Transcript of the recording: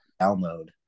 download